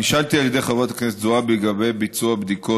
נשאלתי על ידי חברת הכנסת זועבי לגבי ביצוע בדיקות